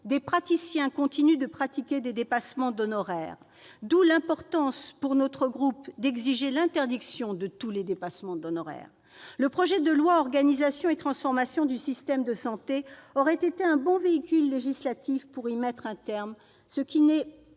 des praticiens continuent de pratiquer des dépassements d'honoraires. D'où l'importance, pour notre groupe, d'exiger l'interdiction de tous les dépassements d'honoraires. Le projet de loi relatif à l'organisation et à la transformation du système de santé aurait été un bon véhicule législatif pour y mettre un terme. Mais ce n'est,